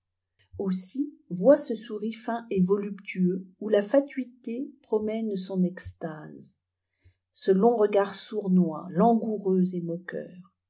aussi vois ce souris fin et voluptueux où la fatuité promène son extase ce long regard sournois langoureux et moqueur